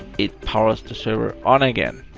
it powers the server on again.